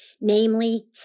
namely